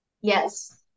Yes